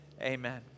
amen